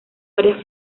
varias